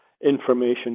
information